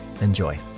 Enjoy